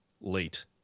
late